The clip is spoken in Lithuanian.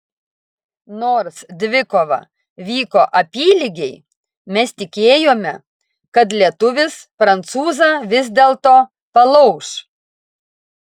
nors dvikova vyko apylygiai mes tikėjome kad lietuvis prancūzą vis dėlto palauš